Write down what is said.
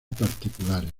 particulares